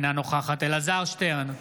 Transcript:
אינה נוכחת אלעזר שטרן,